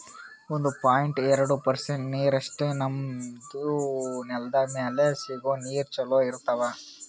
ಒಂದು ಪಾಯಿಂಟ್ ಎರಡು ಪರ್ಸೆಂಟ್ ನೀರಷ್ಟೇ ನಮ್ಮ್ ನೆಲ್ದ್ ಮ್ಯಾಲೆ ಸಿಗೋ ನೀರ್ ಚೊಲೋ ಇರ್ತಾವ